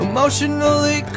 Emotionally